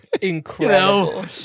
incredible